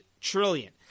trillion